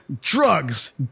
drugs